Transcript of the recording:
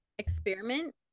Experiment